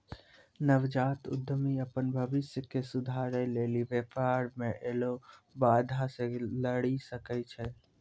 नवजात उद्यमि अपन भविष्य के सुधारै लेली व्यापार मे ऐलो बाधा से लरी सकै छै